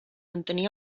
entenia